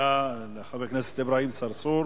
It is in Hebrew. תודה לחבר הכנסת אברהים צרצור.